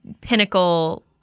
pinnacle